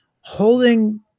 holding